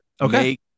okay